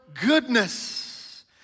Goodness